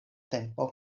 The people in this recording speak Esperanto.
tempo